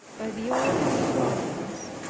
by the order of providence,